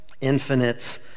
infinite